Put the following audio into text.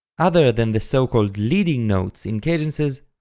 other than the so called leading notes in cadences,